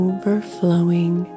Overflowing